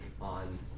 on